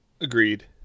Agreed